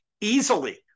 easily